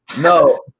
no